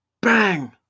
Bang